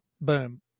boom